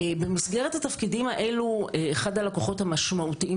במסגרת התפקידים האלה אחד הלקוחות המשמעותיים